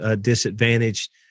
disadvantaged